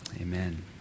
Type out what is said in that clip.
Amen